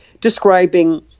describing